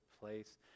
place